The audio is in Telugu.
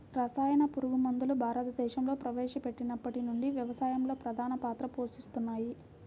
రసాయన పురుగుమందులు భారతదేశంలో ప్రవేశపెట్టినప్పటి నుండి వ్యవసాయంలో ప్రధాన పాత్ర పోషిస్తున్నాయి